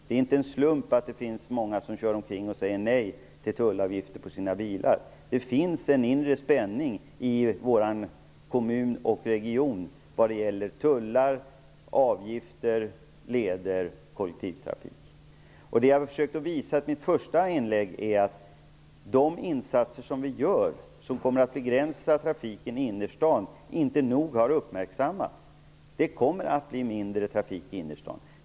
Det är inte en slump att det finns många som kör omkring med dekaler på sina bilar där det står Nej till tullavgifter. Det finns en inre spänning i vår kommun och region vad gäller tullar, avgifter, leder och kollektivtrafik. Det jag försökte visa i mitt första inlägg är att de insatser vi gör som kommer att begränsa trafiken i innerstaden inte nog har uppmärksammats. Det kommer att bli mindre trafik i innerstaden.